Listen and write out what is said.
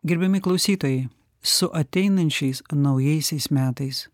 gerbiami klausytojai su ateinančiais naujaisiais metais